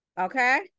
okay